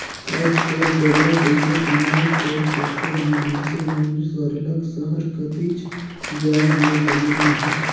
आएज काएल बगरा पइसा कमाए कर चक्कर में मइनसे मन सरलग सहर कतिच जाए में लगिन अहें